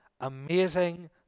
amazing